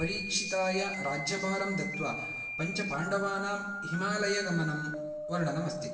परीक्षिताय राज्यभारं दत्वा पञ्चपाण्डवानां हिमालयगमनं वर्णनम् अस्ति